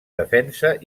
defensa